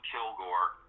Kilgore